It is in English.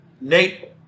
Nate